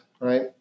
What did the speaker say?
right